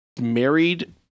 married